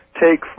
take